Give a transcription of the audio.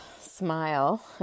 smile